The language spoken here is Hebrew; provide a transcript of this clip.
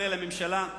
לרבות הממשלה,